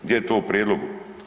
Gdje je to u prijedlogu?